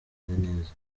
neza